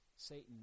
Satan